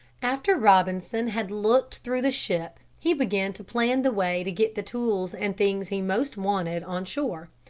after robinson had looked through the ship he began to plan the way to get the tools and things he most wanted on shore.